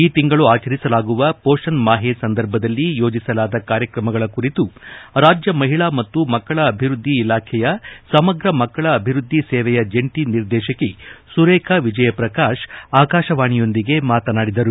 ಈ ತಿಂಗಳು ಆಚರಿಸಲಾಗುವ ಪೋಶನ್ ಮಾಹೆ ಸಂದರ್ಭದಲ್ಲಿ ಯೋಜಿಸಲಾದ ಕಾರ್ಯಕ್ರಮಗಳ ಕುರಿತು ರಾಜ್ಯ ಮಹಿಳಾ ಮತ್ತು ಮಕ್ಕಳ ಅಭಿವೃದ್ದಿ ಇಲಾಖೆಯ ಸಮಗ್ರ ಮಕ್ಕಳ ಅಭಿವೃದ್ದಿ ಸೇವೆಯ ಜಂಟಿ ನಿರ್ದೇಶಕಿ ಸುರೇಖಾ ವಿಜಯಪ್ರಕಾಶ್ ಆಕಾಶವಾಣಿಯೊಂದಿಗೆ ಮಾತನಾಡಿದರು